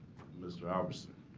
mr. albertson,